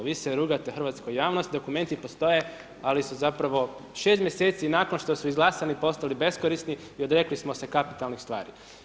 Vi se rugate hrvatskoj javnosti, dokumenti postoje, ali se zapravo, 6 mjeseci nakon što su izglasali postali beskorisni i odrekli smo se kapitalnih stvari.